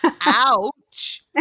Ouch